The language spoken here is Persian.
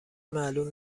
معلوم